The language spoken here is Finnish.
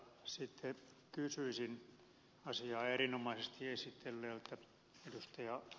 sitten kysyisin asiaa erinomaisesti esitelleeltä ed